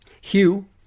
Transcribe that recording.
Hugh